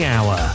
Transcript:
Hour